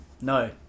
No